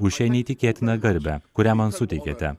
už šią neįtikėtiną garbę kurią man suteikėte